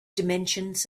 dimensions